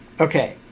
okay